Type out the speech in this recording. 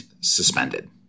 suspended